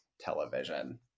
television